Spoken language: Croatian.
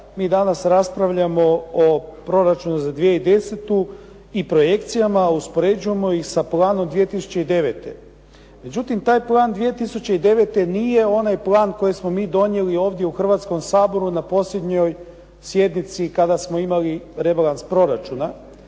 mi danas raspravljamo o proračunu za 2010. i projekcijama a uspoređujemo ih sa planom 2009. Međutim, taj plan 2009. nije onaj plan koji smo mi donijeli ovdje u Hrvatskom saboru na posljednjoj sjednici kada smo imali rebalans proračuna